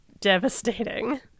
Devastating